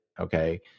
Okay